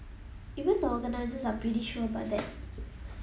even the organisers are pretty sure about that